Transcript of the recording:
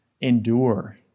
endure